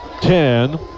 ten